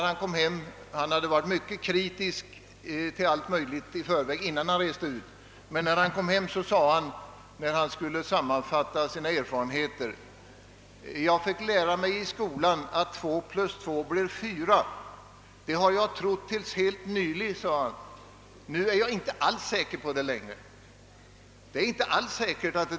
Han var mycket kritisk innan han reste ut, men när han efter återkomsten skulle sammanfatta sina erfarenheter sade han: »Jag fick lära mig i skolan 2+2=4. Det har jag trott på tills helt nyligen. Nu är jag inte alls säker på det längre.